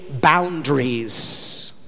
boundaries